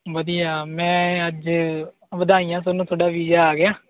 ਵਧੀਆ ਮੈਂ ਅੱਜ ਵਧਾਈਆਂ ਤੁਹਾਨੂੰ ਤੁਹਾਡਾ ਵੀਜ਼ਾ ਆ ਗਿਆ